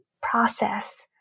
process